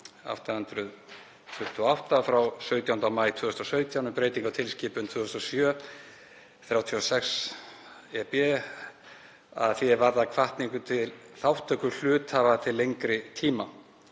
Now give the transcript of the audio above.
2017/828 frá 17. maí 2017 um breytingu á tilskipun 2007/36/EB að því er varðar hvatningu til þátttöku hluthafa til lengri tíma.